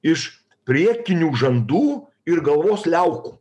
iš priekinių žandų ir galvos liaukų